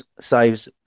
saves